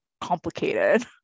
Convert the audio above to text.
complicated